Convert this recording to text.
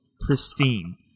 pristine